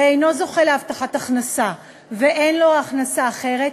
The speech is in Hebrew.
ואינו זוכה להבטחת הכנסה ואין לו הכנסה אחרת,